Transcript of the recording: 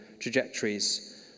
trajectories